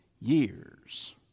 years